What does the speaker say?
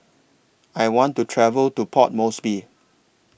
I want to travel to Port Moresby